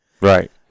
Right